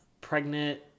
pregnant